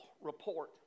report